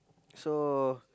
so